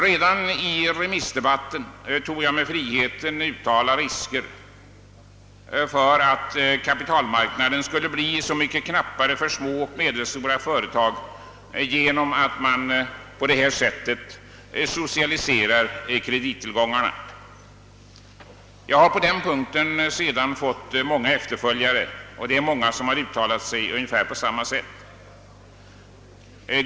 Redan i remissdebatten tog jag mig friheten att uttala farhågor för att kapitalmarknaden skulle bli så mycket knappare för små och medelstora företag genom att man på detta sätt socialiserar kredittillgångarna. Jag har på den punkten fått många efterföljare som har uttalat sig på ungefär samma sätt.